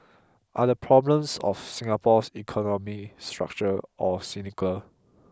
are the problems of Singapore's economy structural or cyclical